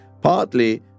Partly